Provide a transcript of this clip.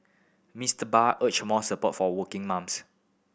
Mister Bay urged more support for working mums